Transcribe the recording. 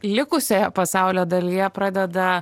likusioje pasaulio dalyje pradeda